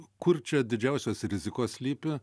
kur čia didžiausios rizikos slypi